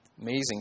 Amazing